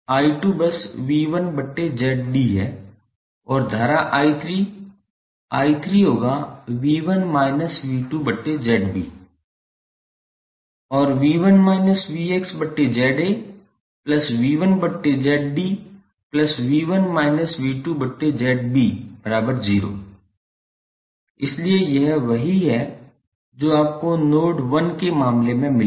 𝐼2 बस 𝑉1𝑍𝐷 है और धारा I3 I3 होगा 𝑉1−𝑉2𝑍𝐵 और 𝑉1−𝑉𝑥𝑍𝐴𝑉1𝑍𝐷𝑉1−𝑉2𝑍𝐵0 इसलिए यह वही है जो आपको नोड 1 के मामले में मिलेगा